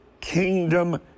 kingdom